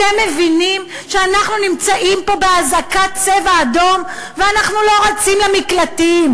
אתם מבינים שאנחנו נמצאים פה באזעקת "צבע אדום" ואנחנו לא רצים למקלטים?